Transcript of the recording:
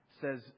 says